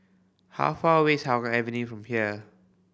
how far away is Hougang Avenue from here